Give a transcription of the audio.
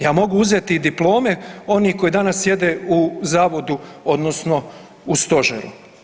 Ja mogu uzeti diplome onih koji danas sjede u zavodu odnosno u stožeru.